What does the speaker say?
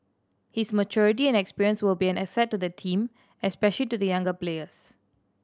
his maturity and experience will be an asset to the team especially to the younger players